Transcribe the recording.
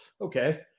okay